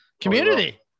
community